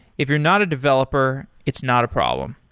if you're not a developer, it's not a problem.